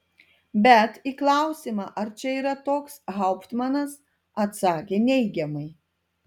bet į klausimą ar čia yra toks hauptmanas atsakė neigiamai